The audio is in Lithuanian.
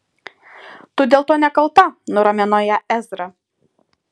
tu dėl to nekalta nuramino ją ezra